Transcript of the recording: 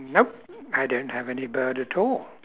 nope I don't have any bird at all